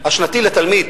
השנתי לתלמיד